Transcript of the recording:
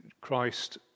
Christ